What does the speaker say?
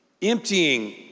emptying